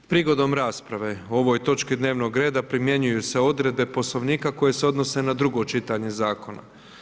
Prigodom rasprave o ovoj točki dnevnog reda primjenjuju se odredbe Poslovnika koje se odnose na drugo čitanje zakona.